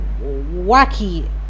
wacky